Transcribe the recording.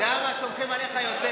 ואני שמעתי את השר